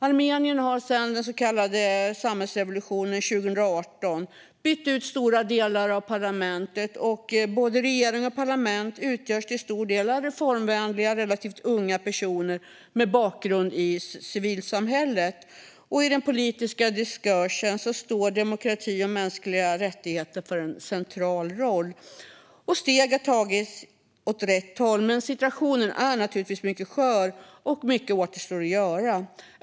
Armenien har sedan den så kallade sammetsrevolutionen 2018 bytt ut stora delar av parlamentet. Både regering och parlament utgörs till stor del av reformvänliga och relativt unga personer med bakgrund i civilsamhället. Och i den politiska diskursen har demokrati och mänskliga rättigheter en central roll. Steg har tagits åt rätt håll, men situationen är naturligtvis mycket skör, och mycket återstår att göra.